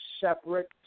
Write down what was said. separate